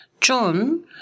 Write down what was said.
John